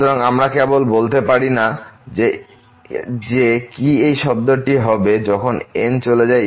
সুতরাং আমরা কেবল বলতে পারি না যে কি এই শব্দটি কি হবে যখন n চলে যায়